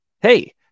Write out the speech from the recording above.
Hey